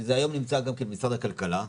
שזה היום נמצא גם במשרד הכלכלה,